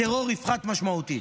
הטרור יפחת משמעותית.